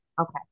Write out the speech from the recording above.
okay